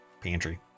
pantry